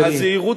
תראי,